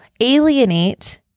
alienate